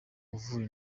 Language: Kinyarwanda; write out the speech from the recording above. uvura